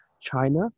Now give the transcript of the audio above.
China